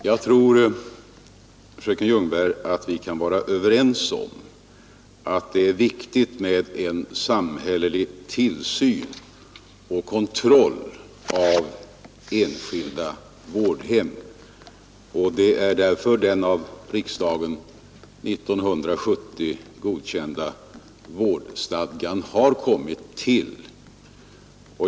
Jag tror, fröken Ljungberg, att vi kan vara överens om att det är viktigt med en samhällelig tillsyn och kontroll av enskilda vårdhem, och det är därför den av riksdagen 1970 godkända vårdhemsstadgan har kommit till.